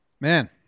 Man